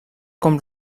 com